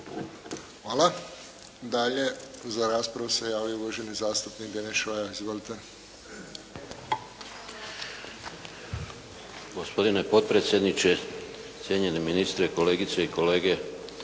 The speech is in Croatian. Hvala. Dalje za raspravu se javio uvaženi zastupnik Deneš Šoja. Izvolite. **Šoja, Deneš (Nezavisni)** Gospodine potpredsjedniče, cijenjeni ministre, kolegice i kolege.